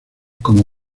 como